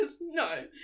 no